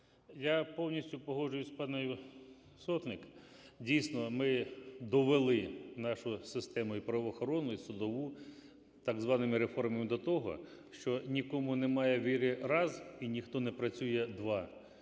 Я повністю погоджуюсь з пані Сотник. Дійсно, ми довели нашу систему і правоохоронну, і судову так званими реформами до того, що нікому немає віри – раз, і ніхто не працює – два.